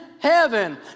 Heaven